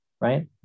right